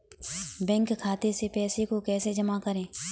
Bank खाते से पैसे को कैसे जमा करें?